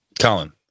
Colin